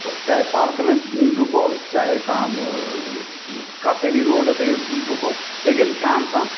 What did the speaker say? चाहे पार्क में डुको चाहे तव्हां बि किथे बि रोड ते डुको लेकिन ध्यान सां